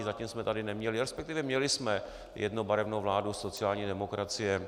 Zatím jsme tady neměli, resp. měli jsme jednobarevnou vládu sociální demokracie.